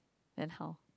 then how